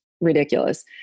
ridiculous